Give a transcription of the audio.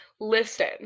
Listen